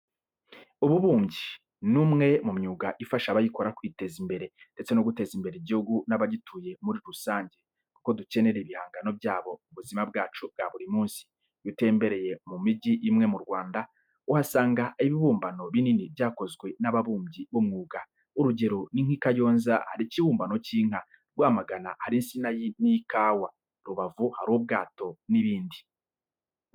Ububumbyi ni umwe mu myuga ifasha abayikora kwiteza imbere ndetse no guteza imbere igihugu n'abagituye muri rusange kuko dukenera ibihangano byabo mu buzima bwacu bwa buri munsi. Iyo utembereye mu migi imwe mu Rwanda, uhasanga ibibumbano binini byakozwe n'ababumbyi b'umwuga. Urugero ni nk'i Kayonza hari ikibumbano cy'inka, Rwamagana hari insina n'ikawa, Rubavu hari ubwato n'ibindi.